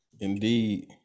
Indeed